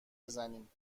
بزنیم